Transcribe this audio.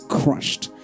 crushed